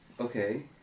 Okay